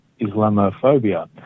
Islamophobia